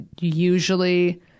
usually